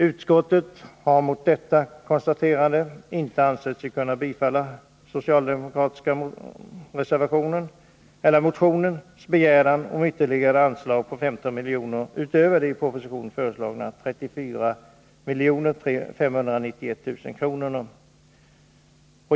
Utskottet har mot bakgrund av detta konstaterande inte ansett sig kunna föreslå bifall till den socialdemokratiska motionens begäran om ett ytterligare anslag på 15 milj.kr. utöver det i propositionen föreslagna anslaget på 34 591 000 kr.